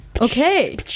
okay